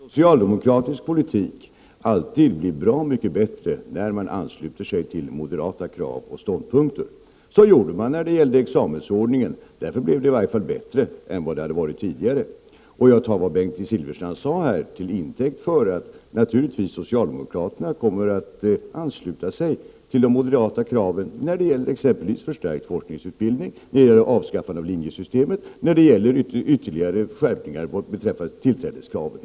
Herr talman! Jag skall gärna erkänna, Bengt Silfverstrand, att socialdemokratisk politik alltid blir bra mycket bättre när man ansluter sig till moderata krav och ståndpunkter. Så gjorde man när det gällde examensordningen. Därför blev det i varje fall bättre än det hade varit tidigare. Jag tar vad Bengt Silfverstrand sade till intäkt för att socialdemokraterna naturligtvis kommer att ansluta sig till de moderata kraven när det gäller exempelvis förstärkt forskarutbildning, avskaffande av linjesystemet och ytterligare skärpning beträffande tillträdeskraven.